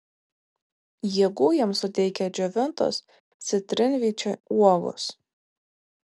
jėgų jiems suteikia džiovintos citrinvyčio uogos